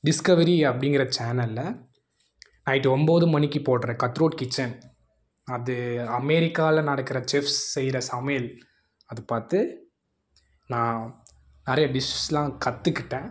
Discovery அப்படிங்கிற சேனல்ல night ஒம்பது மணிக்கு போடுற கட்ரோட் கிட்சன் அது அமேரிக்காவில நடக்கிற செஃப்ஸ் செய்கிற சமையல் அது பார்த்து நான் நிறைய டிஷ்ஷஸ்லாம் கற்றுக்கிட்டேன்